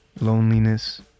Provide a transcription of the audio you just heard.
Loneliness